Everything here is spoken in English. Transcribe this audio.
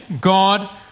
God